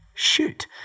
shoot